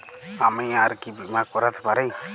আমি আর কি বীমা করাতে পারি?